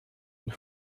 und